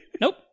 Nope